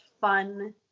fun